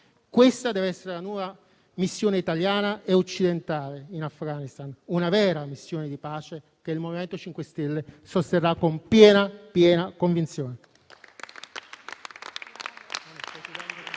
Questa deve essere la nuova missione italiana e occidentale in Afghanistan, una vera missione di pace che il MoVimento 5 Stelle sosterrà con piena convinzione.